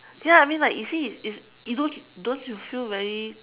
ya I mean like you see you you don't don't you feel very